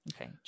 Okay